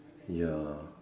ya